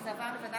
אז מי קיבל?